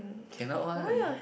cannot one